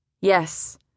Yes